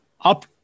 up